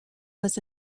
was